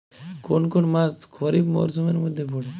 কোন কোন মাস খরিফ মরসুমের মধ্যে পড়ে?